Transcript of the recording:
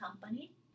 company